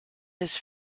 his